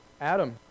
Adam